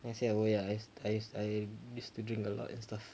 then I said oh ya I st~ I st~ I used to drink a lot and stuff